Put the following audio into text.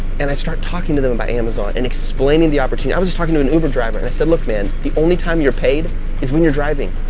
and i start talking to them about amazon and explaining the opportunity. i'm just talking to an uber driver, and i said, look man, the only time you're paid is when you're driving.